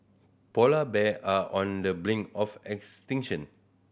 polar bear are on the brink of extinction